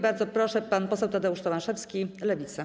Bardzo proszę, pan poseł Tadeusz Tomaszewski, Lewica.